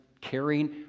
caring